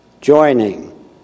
joining